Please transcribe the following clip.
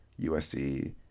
usc